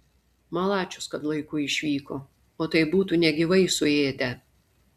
malačius kad laiku išvyko o tai būtų negyvai suėdę